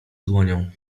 dłonią